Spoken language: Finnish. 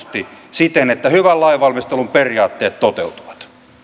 siten että hyvän lainvalmistelun periaatteet toteutuvat arvoisa puhemies